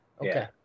Okay